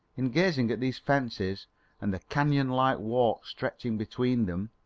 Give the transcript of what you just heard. in gazing at these fences and the canyon-like walk stretching between them,